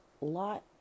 Lot